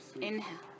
Inhale